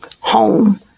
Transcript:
home